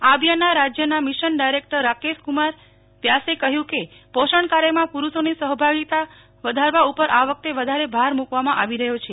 આ અભિયાનના રાજ્યના મિશન ડાયરેકટર રાકેશકુમાર વ્યાસે કહ્યું કે પોષણકાર્યમાં પુરૂષોની સહભાગીતા વધારવા ઉપર આ વખતે વધારે ભાર મુકવામાં આવી રહ્યો છે